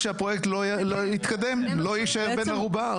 שביל שהפרויקט יתקדם, לא יישאר בן ערובה.